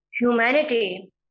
humanity